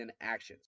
actions